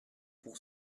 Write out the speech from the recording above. pour